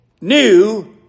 new